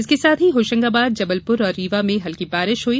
इसके साथ ही होशंगाबाद जबलपुर और रीवा में हल्की बारिश हुई